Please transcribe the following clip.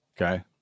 Okay